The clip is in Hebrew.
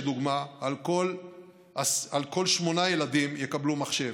לדוגמה, על כל שמונה ילדים יקבלו מחשב,